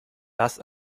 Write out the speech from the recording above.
das